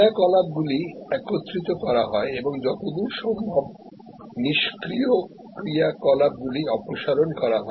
ক্রিয়াকলাপগুলি একত্রিত করা হয় এবং যতদূর সম্ভব নিষ্ক্রিয় কার্য গুলি বাদ দিয়ে দেওয়া হয়